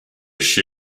she